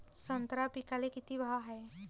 संत्रा पिकाले किती भाव हाये?